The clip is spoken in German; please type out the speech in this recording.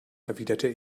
erwiderte